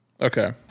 Okay